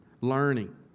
learning